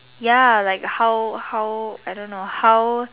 ya like how how I don't know how